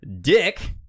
Dick